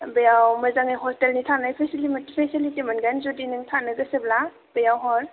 बेयाव मोजांङै हटेलनि थानाय पेसिलिथि मोनगोन जुदि नों थानो गोसोब्ला बेयाव हर